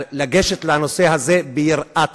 לגשת לנושא הזה ביראת כבוד.